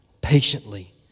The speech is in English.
patiently